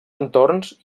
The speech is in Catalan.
entorns